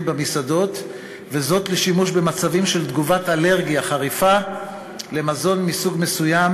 במסעדות לשימוש במצבים של תגובת אלרגיה חריפה למזון מסוג מסוים,